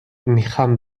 میخام